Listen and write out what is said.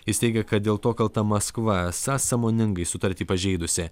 jis teigia kad dėl to kalta maskva esą sąmoningai sutartį pažeidusi